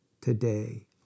today